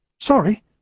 Sorry